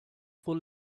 full